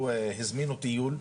שהזמינו טיול,